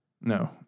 No